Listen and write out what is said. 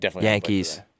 Yankees